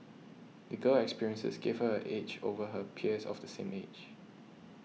the girl's experiences gave her an edge over her peers of the same age